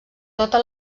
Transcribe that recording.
tota